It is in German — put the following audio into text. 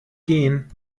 gehen